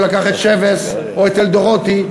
שלקח את שבס או את אלדרוטי,